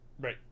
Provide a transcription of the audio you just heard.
Right